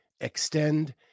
Extend